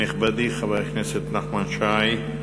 נכבדי חבר הכנסת נחמן שי,